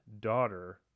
daughter